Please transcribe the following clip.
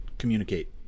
communicate